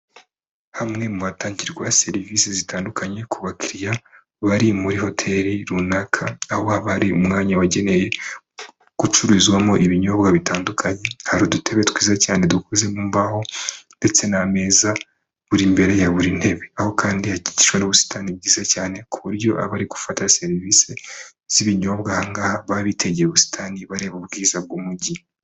Hamwe mu hatangirwa serivisi zitandukanye ku bakiriya bari muri hoteli runaka aho baba bariye umwanya wagenewe gucururizwamo ibinyobwa bitandukanye hari udutebe twiza cyane dukoze mu mbaho ndetse n'ameza buri imbere ya buri ntebe aho kandi hakikijwe n'ubusitani bwiza cyane ku buryo abari gufata serivisi z'ibinyobwa bababitegeye ubusitani bareba ubwiza bw'umujyi.